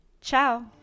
Ciao